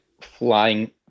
flying